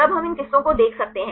तब हम इन किस्सों को देख सकते हैं